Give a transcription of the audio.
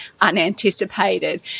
unanticipated